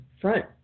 front